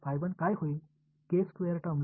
மாணவர் வலது புறம்